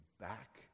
back